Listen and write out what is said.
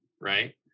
right